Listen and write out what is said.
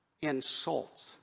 insults